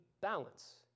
balance